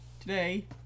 Today